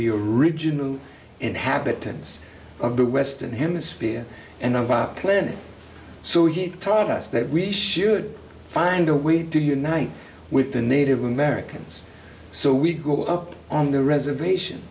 the original inhabitants of the western hemisphere and of auckland so he taught us that we should find a way to unite with the native americans so we go up on the reservation